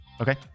Okay